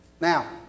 Now